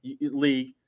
league